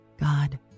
God